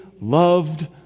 loved